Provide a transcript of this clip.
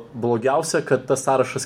blogiausia kad tas sąrašas